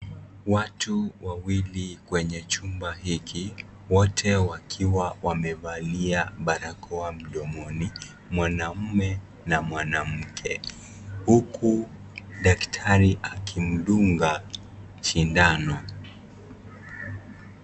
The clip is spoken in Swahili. Watu wawili kwenye chumba hiki wote wakiwa wamevalia barakoa mdomoni, mwanaume na mwanamke, huku daktari akimdunga sindano